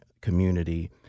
community